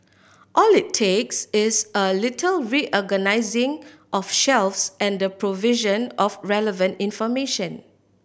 all it takes is a little reorganising of shelves and the provision of relevant information